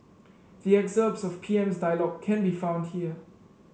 the excerpts of P M's dialogue can be found here